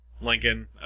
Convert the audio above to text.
Lincoln